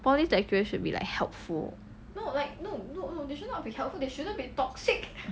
poly lecturers should be like helpful